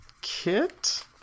Kit